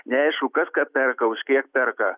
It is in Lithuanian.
neaišku kas ką perka už kiek perka